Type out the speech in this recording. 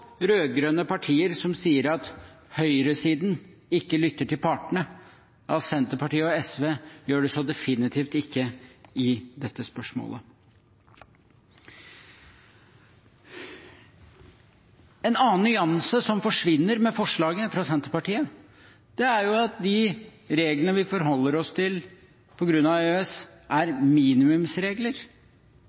partier som sier at høyresiden ikke lytter til partene. Senterpartiet og SV gjør det så definitivt ikke i dette spørsmålet. En annen nyanse som forsvinner med forslaget fra Senterpartiet, er at de reglene vi forholder oss til på grunn av EØS, er minimumsregler,